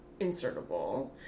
insertable